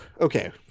okay